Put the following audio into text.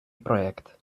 проект